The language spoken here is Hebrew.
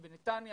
בנתניה,